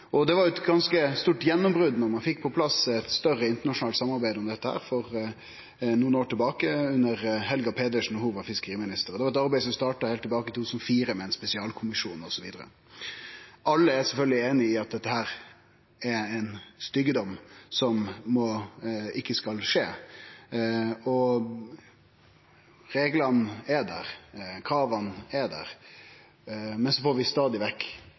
tiår. Det var eit ganske stort gjennombrot da ein fekk på plass eit større internasjonalt samarbeid om dette for nokre år tilbake, da Helga Pedersen var fiskeriminister. Det var eit arbeid som starta heilt tilbake i 2004, med ein spesialkommisjon osv. Alle er sjølvsagt einige i at dette er ein styggedom som ikkje skal skje. Reglane er der, krava er der, men så kjem vi